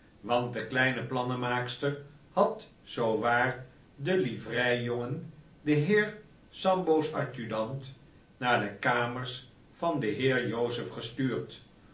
want de kleine plannenmaakster had zoo waar den livrei jongen den heer sambo's adjudant naar de kamers van den heer joseph gestuurd